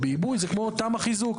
ובעיבוי, זה כמו תמ"א חיזוק.